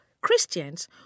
Christians